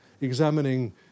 examining